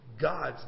God's